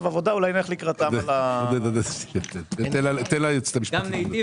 עבודה אולי נלך לקראתם על ה הנושא הבא,